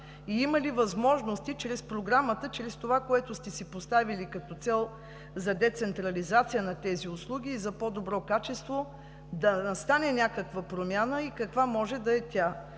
и има ли възможности чрез Програмата, чрез това, което сте си поставили като цел за децентрализация на тези услуги и за по-добро качество, да настане някаква промяна и каква може да е тя?